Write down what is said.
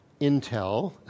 intel